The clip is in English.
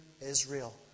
Israel